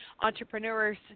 entrepreneurs